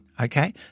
okay